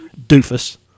Doofus